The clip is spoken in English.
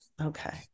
okay